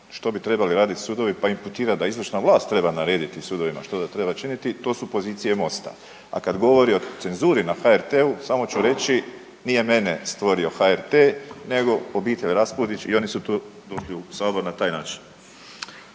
što bi trebali raditi sudovi pa imputirati da izvršna vlast treba narediti sudovima što da treba činiti, to su pozicije Mosta, a kad govori o cenzuri na HRT-u, samo ću reći, nije mene stvorio HRT nego obitelj Raspudić i oni su tu došli u Sabor na taj način.